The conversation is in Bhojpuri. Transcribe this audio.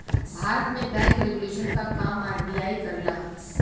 भारत में बैंक रेगुलेशन क काम आर.बी.आई करला